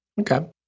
Okay